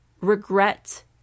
regret